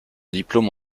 diplôme